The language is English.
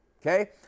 Okay